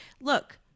Look